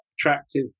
attractive